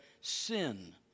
sin